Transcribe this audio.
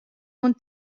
oan